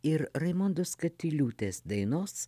ir raimondos katiliūtės dainos